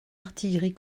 artillerie